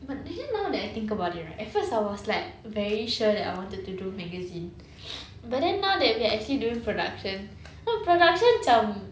but did you know now that I think about it right at first I was like very sure that I wanted to do magazine but then now that we're actually during production production macam